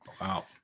Wow